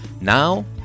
Now